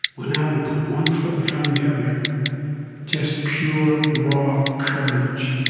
went out and put one foot in front of the other just pure raw courage,